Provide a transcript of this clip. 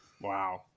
Wow